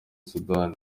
sudani